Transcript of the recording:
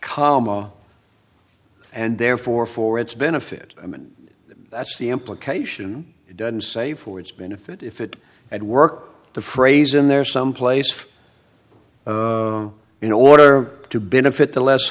calma and therefore for its benefit i mean that's the implication it doesn't say for its benefit if it at work the phrase in there someplace in order to benefit the less